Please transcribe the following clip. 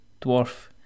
Dwarf